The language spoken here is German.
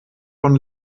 von